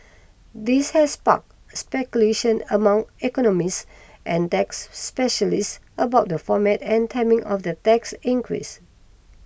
this has sparked speculation among economists and tax specialists about the format and timing of the tax increase